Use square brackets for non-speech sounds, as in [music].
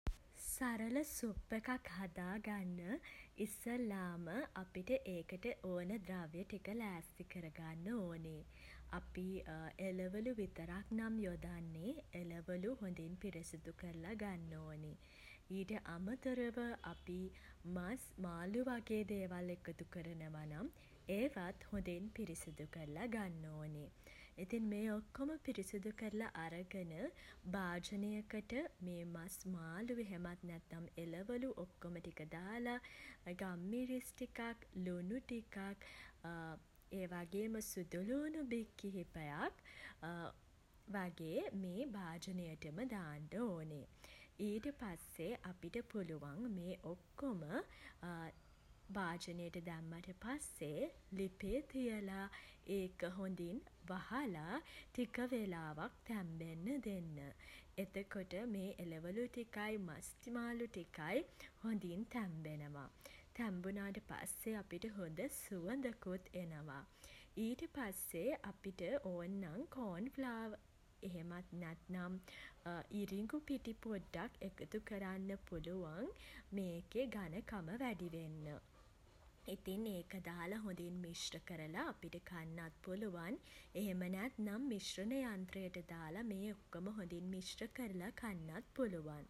සරල සුප් එකක් හදාගන්න [hesitation] ඉස්සෙල්ලාම [hesitation] අපිට ඒකට ඕන ද්‍රව්‍ය ටික ලෑස්ති කරගන්න ඕනේ. අපි [hesitation] එළවළු විතරක් නම් යොදන්නේ [hesitation] එළවළු හොඳින් පිරිසිදු කරලා ගන්න ඕනෙ. ඊට අමතරව [hesitation] අපි [hesitation] මස් මාලු වගේ දේවල් එකතු කරනව නම් [hesitation] ඒවත් හොඳින් පිරිසිදු කරලා ගන්න ඕනෙ. ඉතිං මේ ඔක්කොම පිරිසිදු කරලා අරගෙන [hesitation] භාජනයකට [hesitation] මේ මස් මාලු එහෙමත් නැත්නම් එළවළු ඔක්කොම ටික දාලා [hesitation] ගම්මිරිස් ටිකක් [hesitation] ලුණු ටිකක් [hesitation] ඒ වගේම සුදු ළූණු බික් කිහිපයක් වගේ [hesitation] මේ භාජනයටම [hesitation] දාන්න ඕනේ. ඊට පස්සේ [hesitation] අපිට පුළුවන් මේ ඔක්කොම [hesitation] භාජනයට දැම්මට පස්සේ [hesitation] ලිපේ තියලා ඒක හොඳින් [hesitation] වහලා [hesitation] ටික වෙලාවක් තැම්බෙන්න දෙන්න. එතකොට [hesitation] මේ එළවළු ටිකයි [hesitation] මස් මාලු ටිකයි [hesitation] හොඳින් තැබෙනවා. තැම්බුනාට පස්සෙ අපිට හොඳ සුවඳකුත් එනවා. ඊට පස්සේ [hesitation] අපිට ඔන්නම් [hesitation] කෝන්ෆ්ලා [hesitation] එහෙමත් නැත්නම් [hesitation] ඉරිඟු පිටි පොඩ්ඩක් එකතු කරන්න පුළුවන් [hesitation] මේකෙ ඝනකම වැඩි වෙන්න. ඉතින් ඒක දාල හොඳින් මිශ්‍ර කරලා අපිට කන්නත් පුළුවන්. එහෙම නැත්නම් මිශ්‍ර යන්ත්‍රයට දාලා මේ ඔක්කොම හොඳින් මිශ්‍ර කරලා කන්නත් පුළුවන්.